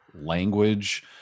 language